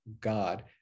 God